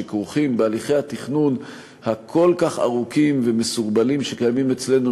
שכרוכים בהליכי התכנון הכל-כך ארוכים ומסורבלים שקיימים אצלנו,